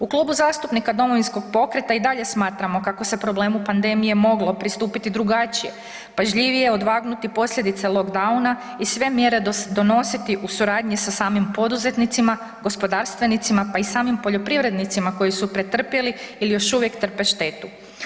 U Klubu zastupnika Domovinskog pokreta i dalje smatramo kako se problemu pandemije moglo pristupiti drugačije, pažljivije odvagnuti posljedice lockdowna i sve mjere donositi u suradnji sa samim poduzetnicima, gospodarstvenicima, pa i samim poljoprivrednicima koji su pretrpjeli ili još uvijek trpe štetu.